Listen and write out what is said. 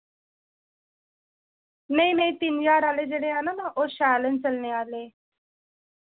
नेईं नेईं तिन ज्हार आह्ले जेह्ड़े हैन ना ओह् शैल न चलने आह्ले